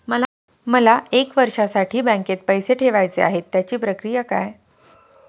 मला एक वर्षासाठी बँकेत पैसे ठेवायचे आहेत त्याची प्रक्रिया काय?